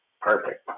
perfect